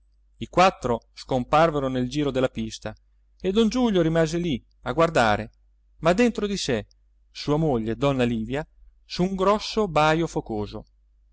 i quattro scomparvero nel giro della pista e don giulio rimase lì a guardare ma dentro di sé sua moglie donna livia su un grosso bajo focoso